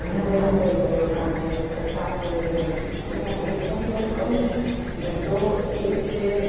ઘણા બધા પરિબળો કામ છે કામ કરે છે એમાં એક પરિબળ કહુને તો એ છે